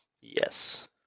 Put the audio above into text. Yes